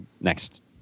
next